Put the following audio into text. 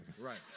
Right